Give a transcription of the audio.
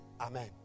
Amen